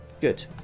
good